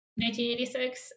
1986